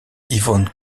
yvonne